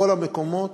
בכל המקומות,